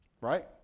right